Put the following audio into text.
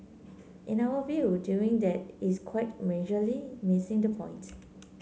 in our view doing that is quite majorly missing the point